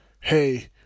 hey